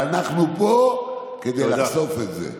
ואנחנו פה כדי לחשוף את זה.